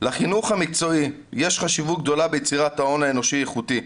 "לחינוך המקצועי יש חשיבות גדולה ביצירת ההון האנושי האיכותי.